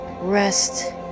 Rest